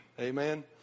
Amen